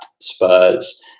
Spurs